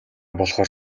болохоор